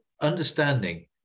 understanding